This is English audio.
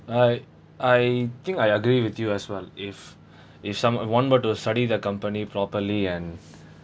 I I think I agree with you as well if if someone were to study the company properly and